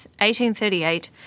1838